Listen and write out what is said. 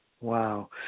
wow